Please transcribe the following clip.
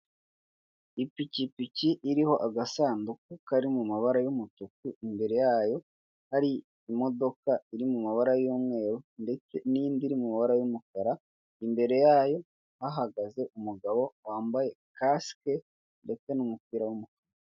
Ipikipiki iriho agasanduku kari mu mabara y'umutuku, imbere yayo hari imodoka iri mu mabara y'umweru ndetse n'indi iri mu mabara y'umukara. Imbere yayo hahagaze umugabo wambaye kasike ndetse n'umupira w'umukara.